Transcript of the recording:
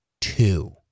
two